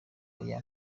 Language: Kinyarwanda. oya